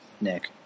Nick